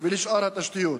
ולשאר התשתיות.